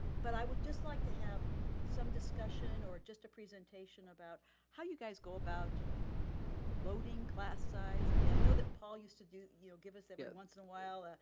but i would just like to have some discussion or just a presentation about how you guys go about loading class size. i mean i know paul used to do, you know give us a bit once in a while.